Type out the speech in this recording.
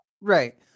Right